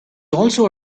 also